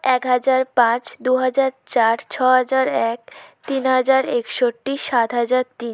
এক হাজার পাঁচ দু হাজার চার ছ হাজার এক তিন হাজার একষট্টি সাত হাজার তিন